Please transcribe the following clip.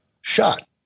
shot